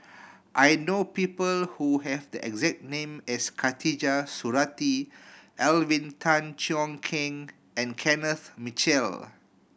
I know people who have the exact name as Khatijah Surattee Alvin Tan Cheong Kheng and Kenneth Mitchell